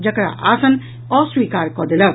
जकरा आसन अस्वीकार कऽ देलक